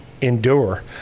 endure